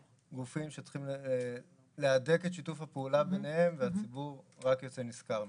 גופים שצריכים להדק את שיתוף הפעולה ביניהם והציבור רק יצא נשכר מזה.